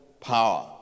power